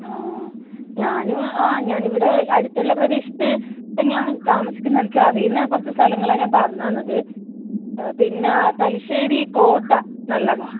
ആ ഞാനും ആ ഞാൻ ഇവിടെ അടുത്തുള്ള പ്രദേശത്ത് തന്നെ ആണ് താമസിക്കുന്നത് എനിക്ക് അറിയുന്ന കുറച്ച് സ്ഥലങ്ങളാണ് ഞാൻ പറഞ്ഞ് തന്നത് പിന്നെ തലശേരി കോട്ട നല്ലതാണ്